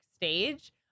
stage